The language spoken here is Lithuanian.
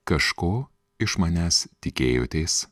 kažko iš manęs tikėjotės